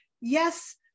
yes